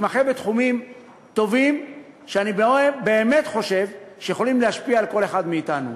מתמחה בתחומים טובים שאני באמת חושב שיכולים להשפיע על כל אחד מאתנו.